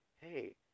hey